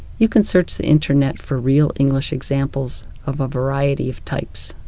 you can search the internet for real english examples of a variety of types.